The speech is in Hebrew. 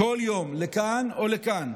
כל יום לכאן או לכאן,